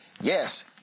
yes